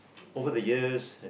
over the years